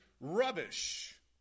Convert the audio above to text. rubbish